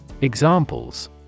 Examples